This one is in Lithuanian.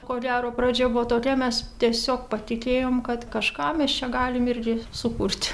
ko gero pradžia buvo tokia mes tiesiog patikėjom kad kažką mes čia galim irgi sukurti